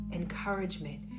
Encouragement